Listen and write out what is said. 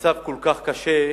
המצב כל כך קשה,